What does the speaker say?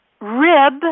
rib